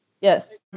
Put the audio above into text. Yes